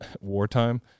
wartime